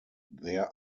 there